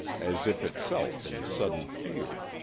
as if itself in sudden fear.